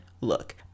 look